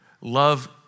Love